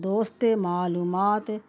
دوستے معلومات